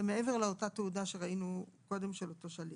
זה מעבר לאותה תעודה שראינו קודם של אותו שליח.